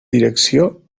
direcció